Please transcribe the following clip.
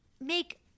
make